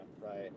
Right